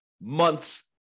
months